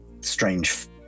strange